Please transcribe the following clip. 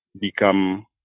become